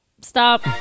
Stop